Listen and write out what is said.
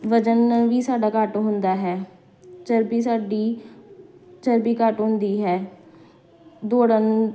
ਵਜ਼ਨ ਵੀ ਸਾਡਾ ਘੱਟ ਹੁੰਦਾ ਹੈ ਚਰਬੀ ਸਾਡੀ ਚਰਬੀ ਘੱਟ ਹੁੰਦੀ ਹੈ ਦੌੜਨ